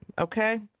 Okay